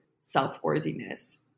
self-worthiness